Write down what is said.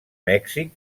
mèxic